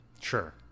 Sure